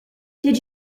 did